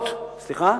אם הממשלה רוצה,